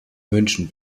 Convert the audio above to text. münchen